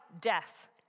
death